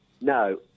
No